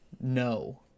No